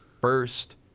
first